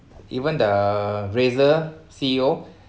even the Razer C_E_O